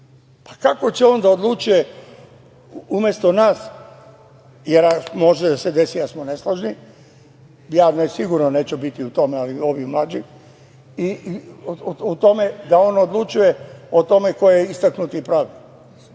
Pa kako će on da odlučuje umesto nas, jer može da se desi da smo nesložni, ja sigurno neću biti tu, nego ovi mlađi, kako da on odlučuje o tome ko je istaknuti pravnik